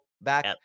back